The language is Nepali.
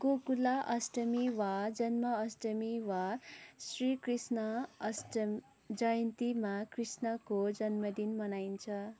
गोकुला अष्टमी वा जन्माष्टमी वा श्रीकृष्ण अष्टम जयन्तीमा कृष्णको जन्मदिन मनाइन्छ